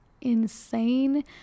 insane